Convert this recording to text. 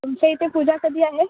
तुमच्या इथे पूजा कधी आहे